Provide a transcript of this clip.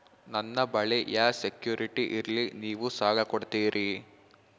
ನನ್ನ ಬಳಿ ಯಾ ಸೆಕ್ಯುರಿಟಿ ಇಲ್ರಿ ನೀವು ಸಾಲ ಕೊಡ್ತೀರಿ?